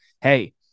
hey